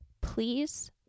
please